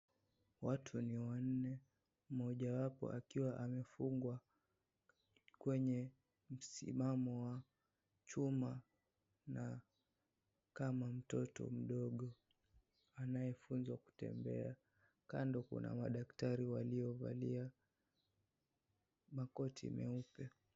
Watu ni wanne moja wapo akiwa amefungwa kwenye msimamo wa chuma na kama mtoto mdogo anayefunzwa kutembea, kando kuna madaktari waliovalia makoti meupe.